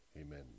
Amen